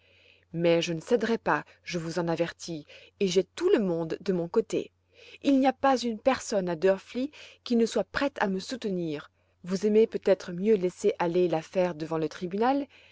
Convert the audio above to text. mais je ne céderai pas je vous en avertis et j'ai tout le monde de mon côté il n'y a pas une personne à drfli qui ne soit prête à me soutenir vous aimez peut-être mieux laisser aller l'affaire devant le tribunal